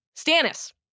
Stannis